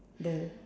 the